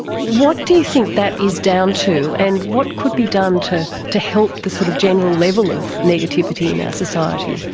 what do you think that is down to, and what could be done to to help the sort of general level of negativity in our ah society?